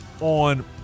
on